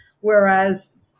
Whereas